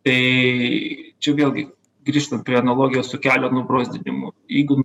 tai čia vėlgi grįžtam prie analogijos su kelio nubrozdinimu jeigu